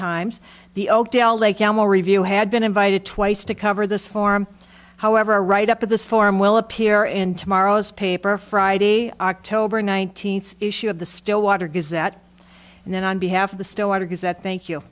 times the oakdale they will review had been invited twice to cover this form however a write up of this forum will appear in tomorrow's paper friday october nineteenth issue of the stillwater does that and then on behalf of the still argues that thank you